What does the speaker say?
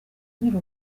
nyiri